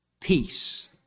peace